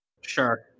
Sure